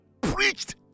preached